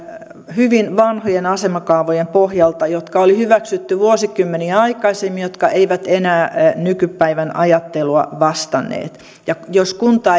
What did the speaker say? hyvin vanhojen asemakaavojen pohjalta jotka oli hyväksytty vuosikymmeniä aikaisemmin ja jotka eivät enää nykypäivän ajattelua vastanneet ja jos kunta